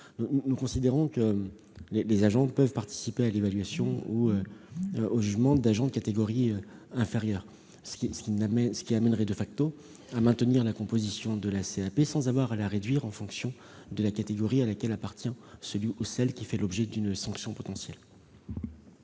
Nous considérons que les agents peuvent participer à l'évaluation d'agents de catégorie inférieure. Cela conduirait à maintenir la composition de la CAP sans avoir à la réduire en fonction de la catégorie à laquelle appartient celui ou celle qui fait l'objet d'une sanction potentielle.